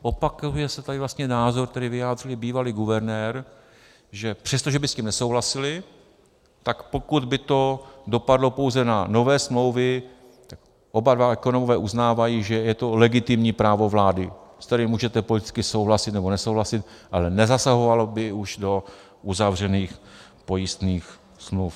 Opakuje se tady vlastně názor, který vyjádřil bývalý guvernér, že přestože by s tím nesouhlasili, tak pokud by to dopadlo pouze na nové smlouvy, oba dva ekonomové uznávají, že je to legitimní právo vlády, s kterým můžete politicky souhlasit, nebo nesouhlasit, ale nezasahovalo by to do už uzavřených pojistných smluv.